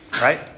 Right